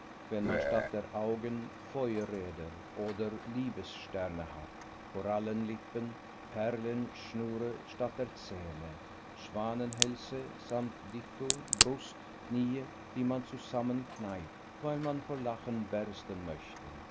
wenn man statt der augen feuerräder oder liebessterne hat korallenlippen perlenschnüre statt der zähne schwanenhälse samt dito brust knie die man zusammen kneipt weil man vor lachen bersten möchte